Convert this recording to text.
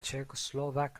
czechoslovak